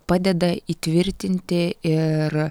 padeda įtvirtinti ir